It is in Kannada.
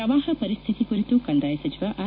ಪ್ರವಾಹ ಪರಿಸ್ಥಿತಿ ಕುರಿತು ಕಂದಾಯ ಸಚಿವ ಆರ್